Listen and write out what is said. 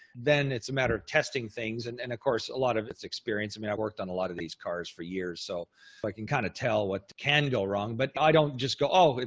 then it's a matter of testing things. and and of course, a lot of it's experience. i mean, i've worked on a lot of these cars for years. so, i like can kind of tell what can go wrong, but i don't just go, oh,